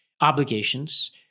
obligations